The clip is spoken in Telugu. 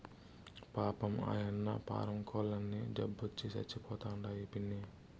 పాపం, ఆయన్న పారం కోల్లన్నీ జబ్బొచ్చి సచ్చిపోతండాయి పిన్నీ